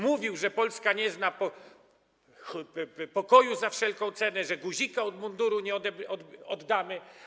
Mówił, że Polska nie zna pokoju za wszelką cenę, że guzika od munduru nie oddamy.